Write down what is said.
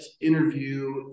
interview